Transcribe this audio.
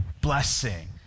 blessing